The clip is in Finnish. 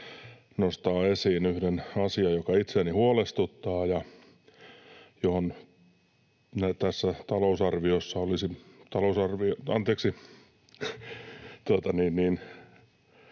nostaa esiin yhden asian, joka itseäni huolestuttaa ja johon tässä olisi